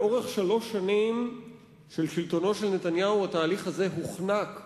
לאורך שלוש שנים של שלטונו של נתניהו התהליך הזה הוחנק,